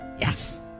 Yes